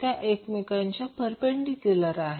त्या एकमेकांशी परपेंडीक्युलर आहेत